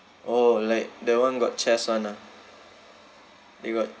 oh like the one got chest [one] ah they got